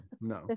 no